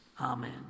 Amen